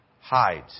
hides